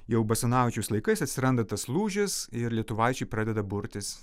jau basanavičiaus laikais atsiranda tas lūžis ir lietuvaičiai pradeda burtis